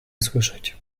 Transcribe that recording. słyszeć